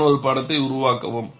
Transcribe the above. அதன் ஒரு படத்தை உருவாக்கவும்